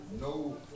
no